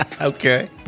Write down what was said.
okay